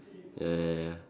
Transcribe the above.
ya ya ya